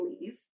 leave